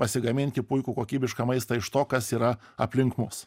pasigaminti puikų kokybišką maistą iš to kas yra aplink mus